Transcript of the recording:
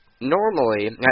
Normally